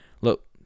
Look